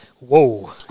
whoa